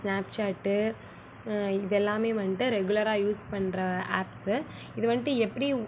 Snapchat இதெல்லாமே வந்துட்டு ரெகுலராக யூஸ் பண்ணுற ஆப்ஸு இது வந்துட்டு எப்படி